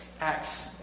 Acts